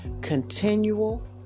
Continual